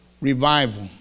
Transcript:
revival